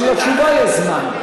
גם לתשובה יש זמן,